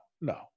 no